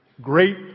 Great